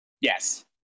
Yes